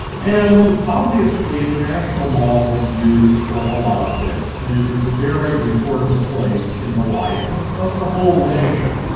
and obviously the national mall is used for a lot of things, and it is a very important place in the life of of the whole nation.